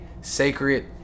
sacred